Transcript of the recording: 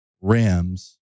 Rams